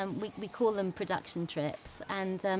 um we we call them production trips. and,